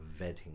vetting